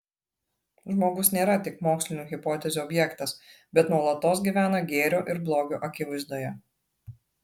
žmogus nėra tik mokslinių hipotezių objektas bet nuolatos gyvena gėrio ir blogio akivaizdoje